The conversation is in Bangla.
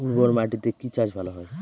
উর্বর মাটিতে কি চাষ ভালো হয়?